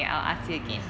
I guess